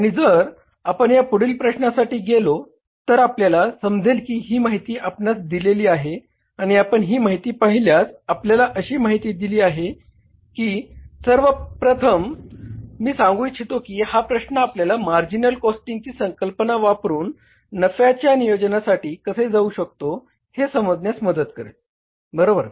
आणि जर आपण पुढील प्रश्नासाठी गेलो तर आपल्याला समजेल की ही माहिती आपणास दिलेली आहे आणि आपण ही माहिती पाहिल्यास आपल्याला अशी माहिती दिली आली आहे की सर्व प्रथम मी सांगू इच्छितो की हा प्रश्न आपल्याला मार्जिनल कॉस्टिंगची संकल्पना वापरून नफ्याच्या नियोजनासाठी कसे जाऊ शकतो हे समजण्यास मदत करेल बरोबर